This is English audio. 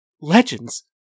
legends